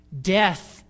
Death